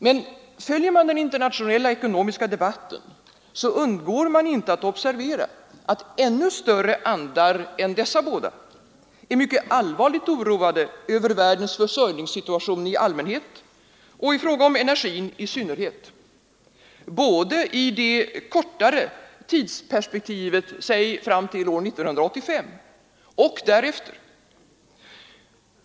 Men följer man den internationella ekonomiska debatten, undgår man inte att observera att ännu större andar än dessa båda är mycket allvarligt oroade över världens försörj ningssituation i allmänhet och energin i synnerhet, både i det kortare tidsperspektivet fram till 1985 och därefter.